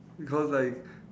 because like